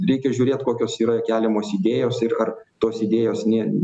reikia žiūrėt kokios yra keliamos idėjos ir ar tos idėjos nesikerta